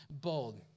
bold